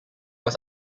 was